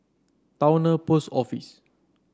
Towner Post Office